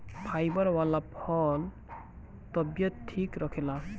fibre वाला फल तबियत ठीक रखेला